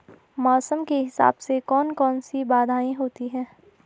मौसम के हिसाब से कौन कौन सी बाधाएं होती हैं?